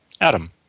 Adam